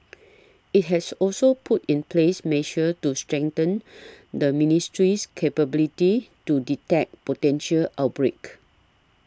it has also put in place measures to strengthen the ministry's capability to detect potential outbreaks